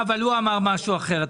הוא אמר משהו אחר.